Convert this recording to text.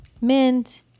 Mint